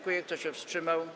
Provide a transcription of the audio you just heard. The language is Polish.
Kto się wstrzymał?